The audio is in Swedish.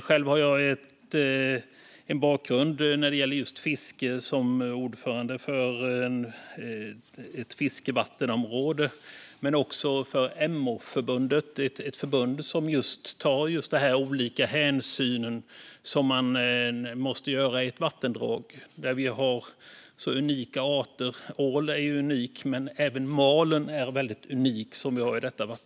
Själv har jag en bakgrund när det gäller fiske som ordförande för ett fiskevattenområde och i Emåförbundet som tar de olika hänsyn som måste tas kring vattendrag med unika arter. Ålen är unik, men även malen är väldigt unik.